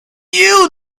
you